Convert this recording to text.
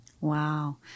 Wow